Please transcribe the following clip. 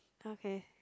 okay